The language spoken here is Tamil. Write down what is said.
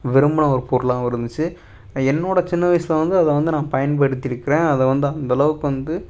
விரும்பின ஒரு பொருளாகவும் இருந்துச்சு என்னோடய சின்ன வயதுல வந்து அதை வந்து நான் பயன்படுத்தி இருக்கிறேன் அதை வந்து அந்தளவுக்கு வந்து